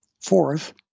Fourth